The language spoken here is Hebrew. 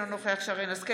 אינו נוכח שרן מרים השכל,